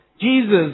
Jesus